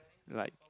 like